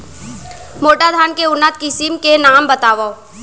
मोटा धान के उन्नत किसिम के नाम बतावव?